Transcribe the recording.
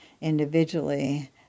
individually